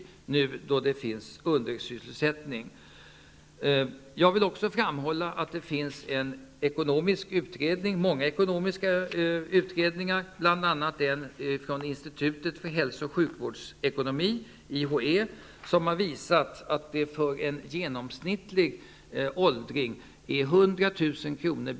Jag vill också framhålla att det finns många ekonomiska utredningar, bl.a. en från Institutet för hälso och sjukvårdsekonomi, IHE, som har visat att det för en genomsnittlig åldring är 100 000 kr.